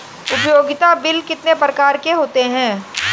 उपयोगिता बिल कितने प्रकार के होते हैं?